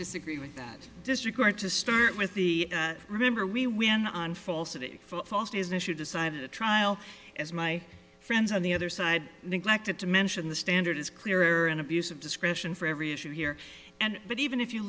disagree with that disregard to start with the remember we win on falsity is an issue decided a trial as my friends on the other side neglected to mention the standard is clear or an abuse of discretion for every issue here and but even if you